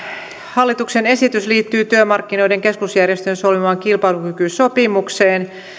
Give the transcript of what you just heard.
hallituksen esitys liittyy työmarkkinoiden keskusjärjestöjen solmimaan kilpailukykysopimukseen